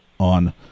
on